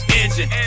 engine